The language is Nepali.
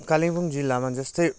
कालिम्पोङ जिल्लामा जस्तै